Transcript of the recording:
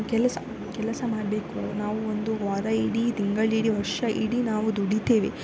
ಕೆಲಸ ಕೆಲಸ ಮಾಡಬೇಕು ನಾವು ಒಂದು ವಾರಾವಿಡೀ ತಿಂಗಳಿಡೀ ವರ್ಷವಿಡೀ ನಾವು ದುಡಿತೇವೆ